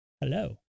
Hello